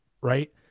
Right